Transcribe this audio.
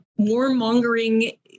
warmongering